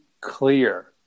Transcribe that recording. clear